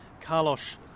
Carlos